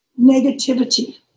negativity